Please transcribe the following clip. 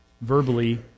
verbally